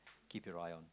keep your eye on